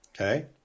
Okay